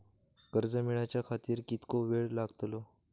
कर्ज मेलाच्या खातिर कीतको वेळ लागतलो?